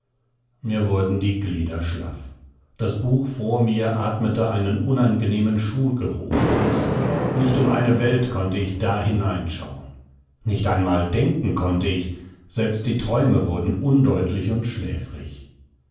mir wurden die glieder schlaff das buch vor mir atmete einen unangenehmen schulgeruch aus nicht um eine welt konnte ich da hineinschauen nicht einmal denken konnte ich selbst die träume wurden undeutlich und schläfrig